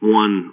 one